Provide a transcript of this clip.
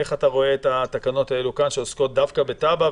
איך אתה רואה את התקנות האלה שעוסקות דווקא בטאבה?